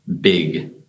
big